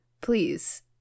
Please